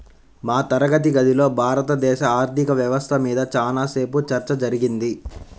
మా తరగతి గదిలో భారతదేశ ఆర్ధిక వ్యవస్థ మీద చానా సేపు చర్చ జరిగింది